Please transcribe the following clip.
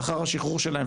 לאחר השחרור שלהם,